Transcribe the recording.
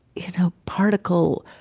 you know, particle.